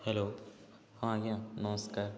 hello ହଁ ଆଜ୍ଞା ନମସ୍କାର